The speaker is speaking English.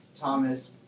Thomas